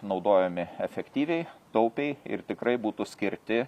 naudojami efektyviai taupiai ir tikrai būtų skirti